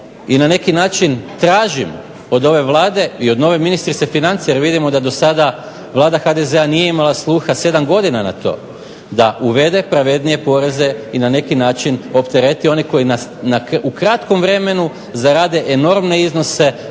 i na neki način tražim od ove Vlade i od nove ministrice financija jer vidimo da do sada Vlada HDZ-a nije imala sluha 7 godina na to da uvede pravednije poreze i na neki način optereti one koji u kratkom vremenu zarade enormne iznose,